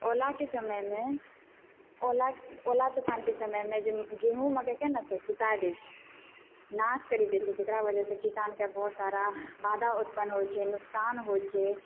ओलाके समयमे ओला ओला तूफानके समयमे जब गेहूँ मक्कइके ने सुताए दै छै नाश करि दै छै जकरा वजह से किसानके बहुत सारा बाधा उत्पन्न होइ छै नुकसान होइ छै